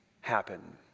happen